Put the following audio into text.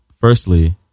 firstly